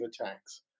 attacks